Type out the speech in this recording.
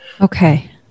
Okay